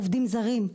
עובדים זרים,